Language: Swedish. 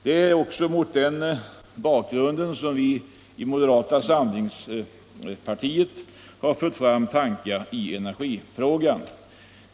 Det är mot denna bakgrund man måste se moderata samlingspartiets tankar i energifrågan.